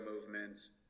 movements